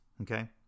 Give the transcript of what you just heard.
Okay